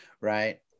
right